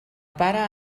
pare